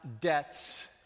debts